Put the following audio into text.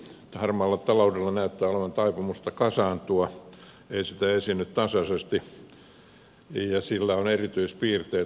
harmaalla taloudella näyttää olevan taipumusta kasaantua ei sitä esiinny tasaisesti ja sillä on erityispiirteitä